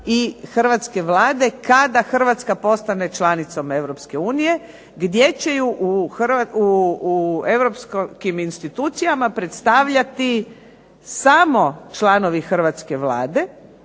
i hrvatske Vlade kada Hrvatska postane članicom Europske unije gdje će ju u europskim institucijama predstavljati samo članovi hrvatske Vlade,